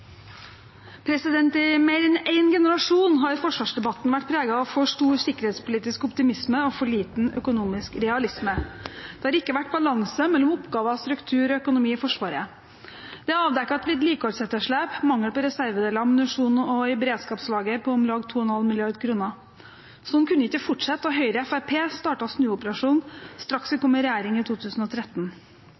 forsvarsdebatten vært preget av for stor sikkerhetspolitisk optimisme og for liten økonomisk realisme. Det har ikke vært balanse mellom oppgaver, struktur og økonomi i Forsvaret. Det er avdekket et vedlikeholdsetterslep, mangel på reservedeler, ammunisjon og beredskapslagre på om lag 2,5 mrd. kr. Slik kunne det ikke fortsette, og Høyre og Fremskrittspartiet startet snuoperasjonen straks vi kom i regjering i 2013.